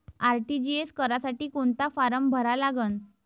RTGS करासाठी कोंता form भरा लागन?